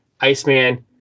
iceman